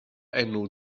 enw